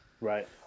Right